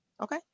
Okay